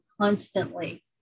constantly